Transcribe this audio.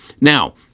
Now